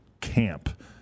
camp